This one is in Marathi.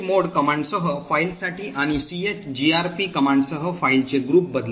chmod कमांडसह फाईलसाठी आणि chgrp कमांडसह फाइलचे ग्रुप बदलू